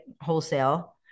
wholesale